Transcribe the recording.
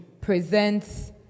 presents